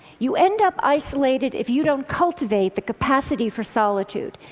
you end up isolated if you don't cultivate the capacity for solitude,